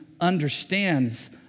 understands